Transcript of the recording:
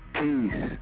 peace